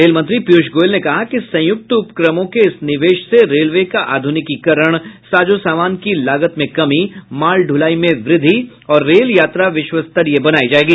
rail मंत्री पीयूष गोयल ने कहा कि संयुक्त उपक्रमों के इस निवेश से रेलवे का आधुनिकीकरण साजोसामान की लागत में कमी माल ढुलाई में वृद्धि और रेल यात्रा विश्वस्तरीय बनायी जाएगी